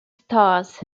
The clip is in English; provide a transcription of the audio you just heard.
stars